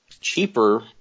cheaper